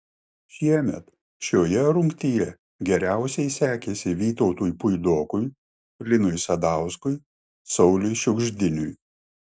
šiemet šioje rungtyje geriausiai sekėsi vytautui puidokui linui sadauskui sauliui šiugždiniui